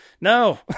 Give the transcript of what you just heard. no